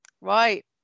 right